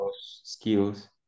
skills